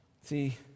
See